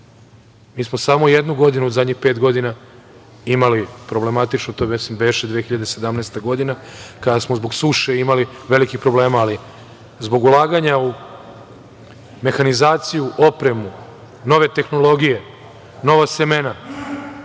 smo samo jednu godinu u poslednjih pet godina imali problematičnu, to beše 2017. godina, kada smo zbog suše imali velikih problema. Ali, zbog ulaganja u mehanizaciju, opremu, nove tehnologije, nova semena,